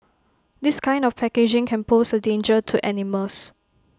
this kind of packaging can pose A danger to animals